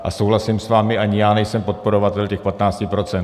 A souhlasím s vámi, ani já nejsem podporovatel těch 15 %.